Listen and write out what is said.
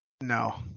No